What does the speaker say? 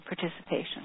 participation